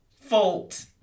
fault